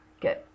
good